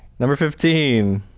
number fifteen,